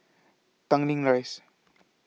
Tanglin Rise